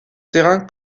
terrain